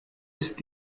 ist